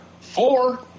Four